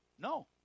No